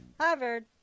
harvard